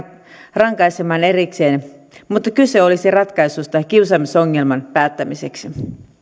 rankaisemaan erikseen mutta kyse olisi ratkaisusta kiusaamisongelman päättämiseksi